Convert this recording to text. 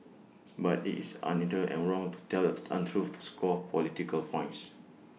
but IT is and wrong to tell untruths to score political points